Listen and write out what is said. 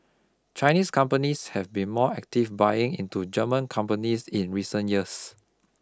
Chinese companies have been more active buying into German companies in recent years